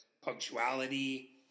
punctuality